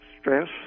stress